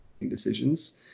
decisions